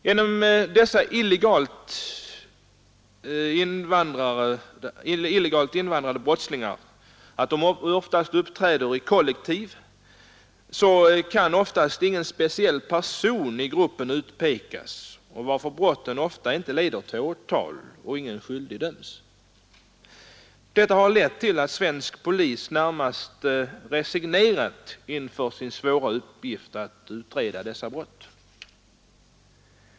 Genom att dessa illegalt invandrade brottslingar uppträder i kollektiv, kan oftast ingen speciell person i gruppen utpekas, varför brotten ofta inte leder till åtal, och ingen skyldig döms. Detta har lett till att svensk polis närmast resignerat inför sin svåra uppgift att utreda dessa brott.